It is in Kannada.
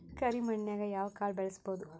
ಕರೆ ಮಣ್ಣನ್ಯಾಗ್ ಯಾವ ಕಾಳ ಬೆಳ್ಸಬೋದು?